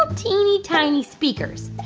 um teeny-tiny speakers.